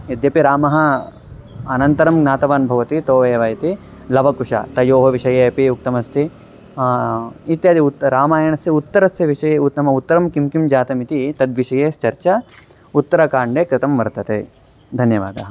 यद्यपि रामः अनन्तरं ज्ञातवान् भवति तौ एव इति लवकुशः तयोः विषये अपि उक्तमस्ति इत्यादि उत् रामायणस्य उत्तरस्य विषये उ नाम उत्तरं किं किं जातमिति तद्विषये चर्चा उत्तरकाण्डे कृता वर्तते धन्यवादाः